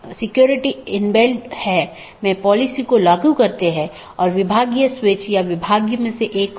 तो मुख्य रूप से ऑटॉनमस सिस्टम मल्टी होम हैं या पारगमन स्टब उन परिदृश्यों का एक विशेष मामला है